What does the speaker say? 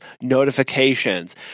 notifications